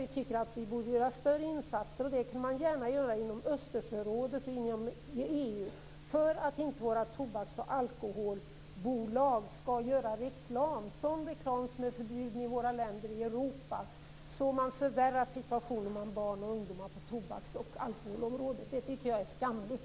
Vi tycker att vi borde göra större insatser - gärna inom Östersjörådet och inom EU - för att våra tobaks och alkoholbolag inte skall göra reklam, sådan reklam som är förbjuden i våra länder i Europa och som förvärrar situationen bland barn och ungdomar på tobaks och alkoholområdet. Det är skamligt!